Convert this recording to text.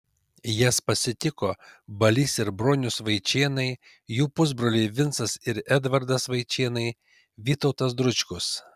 jas pasitiko balys ir bronius vaičėnai jų pusbroliai vincas ir edvardas vaičėnai vytautas dručkus